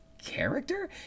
Character